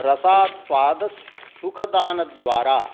रसास्वादस् सुखदानद्वारा